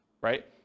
right